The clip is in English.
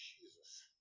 Jesus